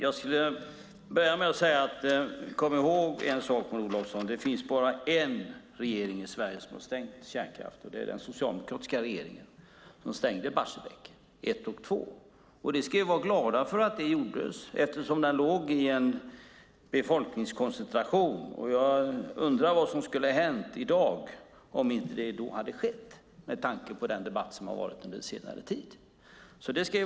Fru talman! Kom ihåg en sak, Maud Olofsson! Det finns bara en regering som har stängt kärnkraft, och det var den socialdemokratiska regering som stängde Barsebäck 1 och 2. Vi ska vara glada för det eftersom det låg i en befolkningskoncentration. Jag undrar var som hade hänt i dag om det inte hade gjorts - detta med tanke på den debatt som har varit under senare tid.